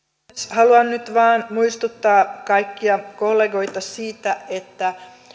haluan nyt vain muistuttaa kaikkia kollegoita siitä että